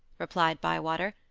replied bywater.